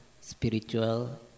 spiritual